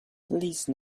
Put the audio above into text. please